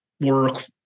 work